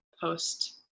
post